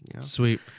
sweet